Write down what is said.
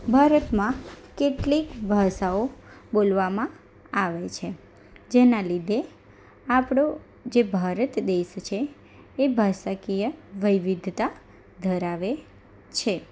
ભારતમાં કેટલીક ભાષાઓ બોલવામાં આવે છે જેનાં લીધે આપણો જે ભારત દેશ છે એ ભાષાકીય વિવિધતા ધરાવે છે